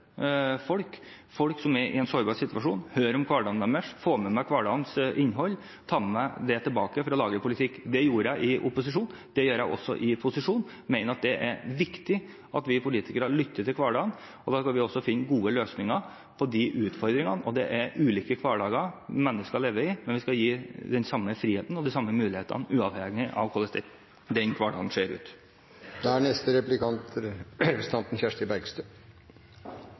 med det tilbake for å lage politikk. Det gjorde jeg i opposisjon, det gjør jeg også i posisjon. Jeg mener det er viktig at vi politikere lytter og dermed finner gode løsninger på de utfordringene. Mennesker lever i ulike hverdager, men vi skal gi dem den samme friheten og de samme mulighetene uavhengig av hvordan den hverdagen ser ut. Jeg vil takke for langvarig engasjement for å drive gjennom nettopp denne typen lover. Jeg er